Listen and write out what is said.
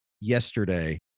yesterday